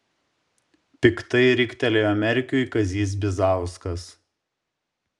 piktai riktelėjo merkiui kazys bizauskas